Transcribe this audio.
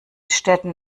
städten